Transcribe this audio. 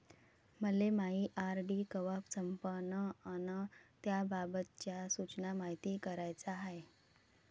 मले मायी आर.डी कवा संपन अन त्याबाबतच्या सूचना मायती कराच्या हाय